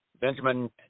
Benjamin